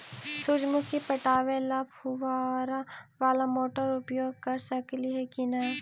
सुरजमुखी पटावे ल फुबारा बाला मोटर उपयोग कर सकली हे की न?